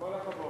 כל הכבוד.